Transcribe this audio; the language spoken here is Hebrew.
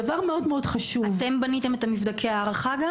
אתם בניתם את מבדקי ההערכה?